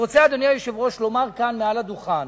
אני רוצה, אדוני היושב-ראש, לומר כאן מעל הדוכן: